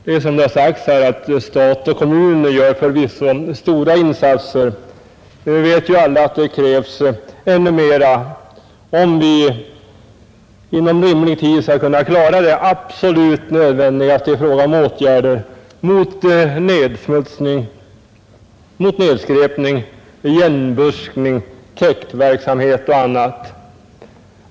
Det är som det här har sagts att stat och kommun förvisso gör stora insatser. Men vi vet alla att det krävs ännu mera om vi inom rimlig tid skall kunna klara av det absolut nödvändigaste i fråga om åtgärder mot nedsmutsning, nedskräpning, igenbuskning, täktverksamhet och annat.